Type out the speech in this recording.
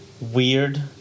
weird